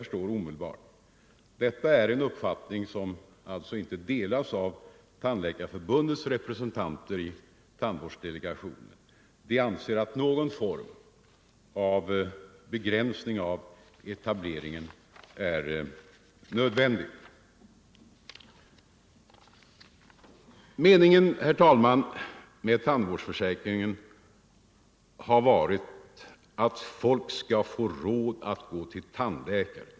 Det = etableringsstoppet är en uppfattning som inte delas av Tandläkarförbundets representanter = för tandläkare, i tandvårdsdelegationen. De anser att någon form av begränsning av om.m. etableringen är nödvändig. Meningen, herr talman, med tandvårdsförsäkringen har varit att folk skall få råd att gå till tandläkaren.